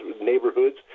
neighborhoods